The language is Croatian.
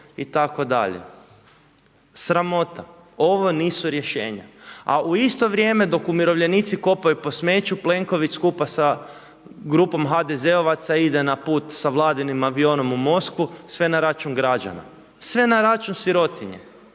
Sramota. Ovo nisu rješenja. A u isto vrijeme dok umirovljenici kopaju po smeću, Plenković skupa sa grupom HDZ-ovaca, ide na put sa vladinim avionom u Moskvu, sve na račun građana. Sve na račun sirotinje